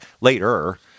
later